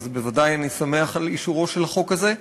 אז בוודאי אני שמח על אישורו של החוק הזה,